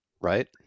right